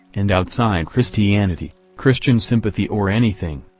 and outside christianity, christian sympathy or anything.